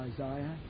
Isaiah